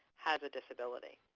has a disability.